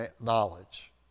knowledge